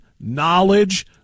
knowledge